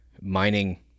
mining